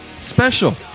special